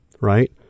right